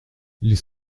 ils